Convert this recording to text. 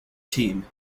team